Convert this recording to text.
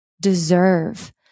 deserve